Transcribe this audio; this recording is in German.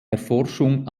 erforschung